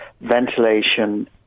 ventilation